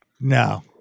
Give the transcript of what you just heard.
No